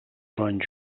sant